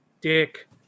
dick